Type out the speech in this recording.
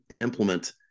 implement